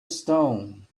stone